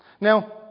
Now